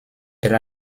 elle